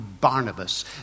Barnabas